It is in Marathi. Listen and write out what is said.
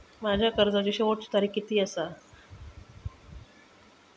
माझ्या कर्जाची शेवटची तारीख किती आसा?